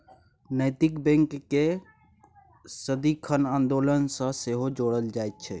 नैतिक बैंककेँ सदिखन आन्दोलन सँ सेहो जोड़ल जाइत छै